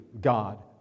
God